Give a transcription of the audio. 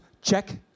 Check